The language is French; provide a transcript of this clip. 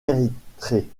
érythrée